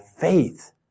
faith